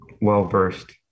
well-versed